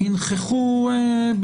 ינכחו.